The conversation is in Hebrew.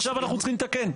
עכשיו אנחנו צריכים לתקן.